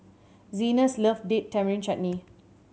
Zenas loves Date Tamarind Chutney